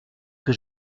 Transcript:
que